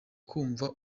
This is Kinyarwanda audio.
kumva